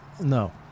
No